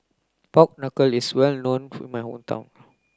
Pork Knuckle is well known in my hometown